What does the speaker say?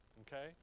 Okay